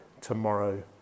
tomorrow